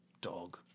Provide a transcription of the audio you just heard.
dog